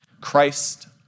Christ